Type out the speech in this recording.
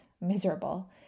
miserable